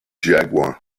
jaguar